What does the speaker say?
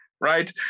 right